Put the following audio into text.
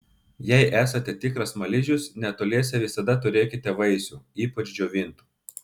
jei esate tikras smaližius netoliese visada turėkite vaisių ypač džiovintų